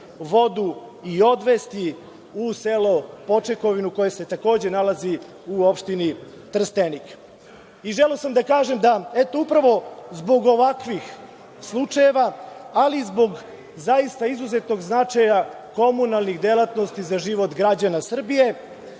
vodu i odvesti u selo Počekovinu koje se takođe nalazi u opštini Trstenik. Želeo sam da kažem, da eto, upravo zbog ovakvih slučajeva, ali zbog izuzetnog značaja komunalnih delatnosti za život građana Srbije